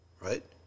right